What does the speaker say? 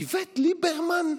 איווט ליברמן,